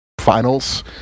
finals